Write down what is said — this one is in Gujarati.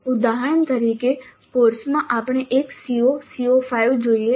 ઉદાહરણ તરીકે કોર્સમાં આપણે એક CO CO5 જોઈએ